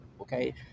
okay